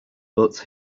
but